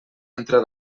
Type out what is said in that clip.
entre